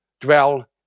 dwell